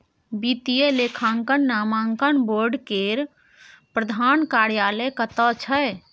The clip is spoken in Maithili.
वित्तीय लेखांकन मानक बोर्ड केर प्रधान कार्यालय कतय छै